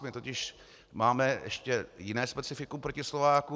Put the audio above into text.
My totiž máme ještě jiné specifikum proti Slovákům.